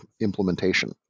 implementation